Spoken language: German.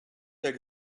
der